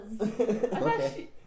Okay